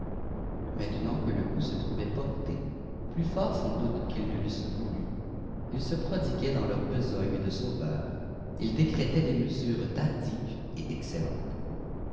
maintenant que le coup se trouvait porté plus fort sans doute qu'ils ne l'eussent voulu ils se prodiguaient dans leur besogne de sauveurs ils décrétaient des mesures tardives et excellentes